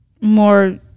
more